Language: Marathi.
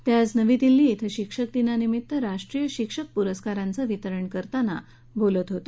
ते आज नवी दिल्ली ध्वें शिक्षक दिनानिमित्त राष्ट्रीय शिक्षक पुरस्कारांचं वितरण करताना बोलत होते